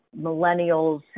millennials